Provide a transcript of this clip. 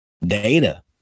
data